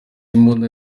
imbunda